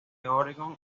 oregón